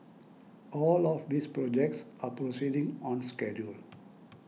all of these projects are proceeding on schedule